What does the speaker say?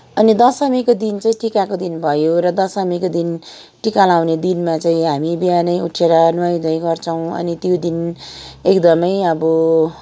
अनि दसमीको दिन चाहिँ टिकाको दिन भयो र दसमीको दिन टिका लाउने दिनमा चाहिँ हामी बिहानै उठेर नुहाइ धुवाइ गर्छौँ अनि त्यो दिन एकदमै अब